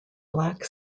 black